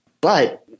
But-